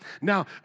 Now